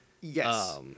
Yes